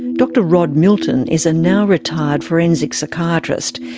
dr rod milton is a now retired forensic psychiatrist.